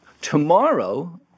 tomorrow